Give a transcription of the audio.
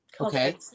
Okay